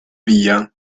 via